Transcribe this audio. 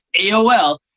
AOL